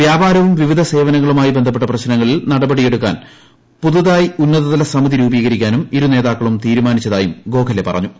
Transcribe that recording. വ്യാപാരവും വിവിധ സേവനങ്ങളും ആയി ബന്ധപ്പെട്ട പ്രശ്നങ്ങളിൽ നടപടിയെടുക്കാൻ പുതുതായി ഉന്നതതല സമിതി രൂപീകരിക്കാനും ഇരുനേതാക്കളും തീരുമാനിച്ചതായും ഗോഖലെ പറഞ്ഞു